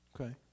Okay